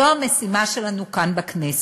זו המשימה שלנו כאן בכנסת.